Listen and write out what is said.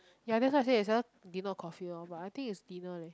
ya that's why I said it's a dinner or coffee lor but I think is dinner leh